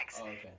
Okay